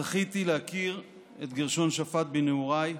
זכיתי להכיר את גרשון שפט בנעוריי,